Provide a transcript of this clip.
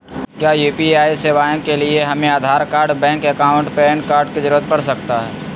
क्या यू.पी.आई सेवाएं के लिए हमें Aadhaar card bank account PAN card की जरूरत पड़ सकता है?